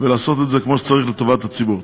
ולעשות את זה כמו שצריך לטובת הציבור.